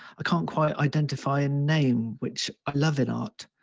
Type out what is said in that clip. can't quite identify a name, which i love in art.